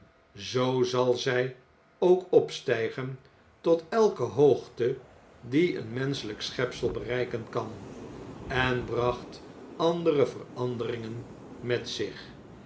zoo zal zy ook opstygen tot elke hoogte die een menschelyk schepsel bereiken kan en bracht andere veranderingen met zich